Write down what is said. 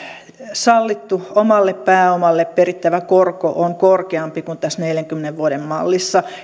sallittu omalle pääomalle perittävä korko korkeampi kuin tässä neljänkymmenen vuoden mallissa